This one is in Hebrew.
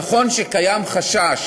נכון שקיים חשש